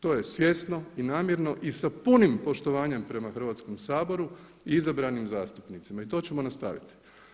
To je svjesno i namjerno i sa punim poštovanjem prema Hrvatskom saboru i izabranim zastupnicima i to ćemo nastaviti.